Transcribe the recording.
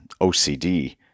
OCD